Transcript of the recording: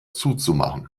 zuzumachen